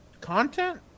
Content